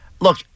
Look